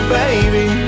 baby